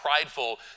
prideful